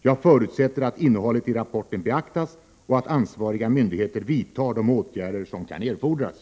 Jag förutsätter att innehållet i rapporten beaktas och att ansvariga myndigheter vidtar de åtgärder som kan erfordras.